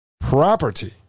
property